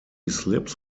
slips